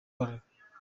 imbaraga